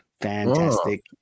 Fantastic